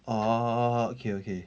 orh okay okay